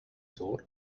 thought